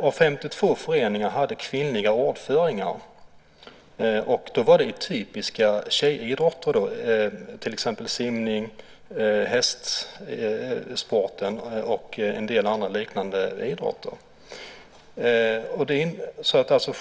Av 52 lokala föreningar hade 7 kvinnliga ordföranden, och det gällde då typiska tjejidrotter, till exempel simning, hästsport och liknande idrotter.